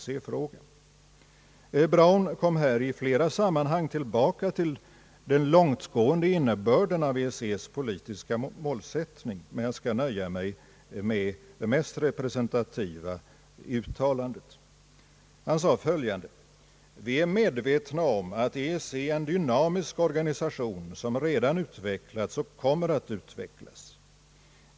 Utrikesminister Brown kom i flera sammanhang tillbaka till den långtgående innebörden av EEC:s politiska målsättning, men jag skall nöja mig med det mest representativa uttalandet där han sade följande: »Vi är medvetna om att EEC är en dynamisk organisation som redan utvecklats och kommer att utvecklas.